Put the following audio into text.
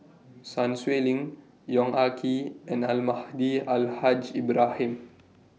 Sun Xueling Yong Ah Kee and Almahdi Al Haj Ibrahim